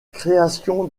création